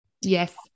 yes